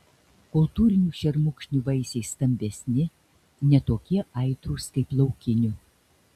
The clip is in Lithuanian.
kultūrinių šermukšnių vaisiai stambesni ne tokie aitrūs kaip laukinių